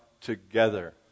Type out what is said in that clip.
together